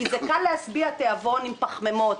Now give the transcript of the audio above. כי קל להשביע תיאבון עם פחמימות,